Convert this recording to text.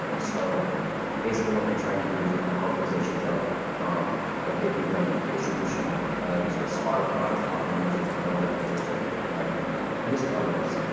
so basically what we try and do is you want to help musicians out by giving them distribution to spotify to apple music and all the other major music outlets,